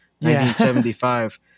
1975